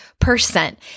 percent